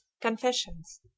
Confessions